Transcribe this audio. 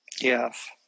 Yes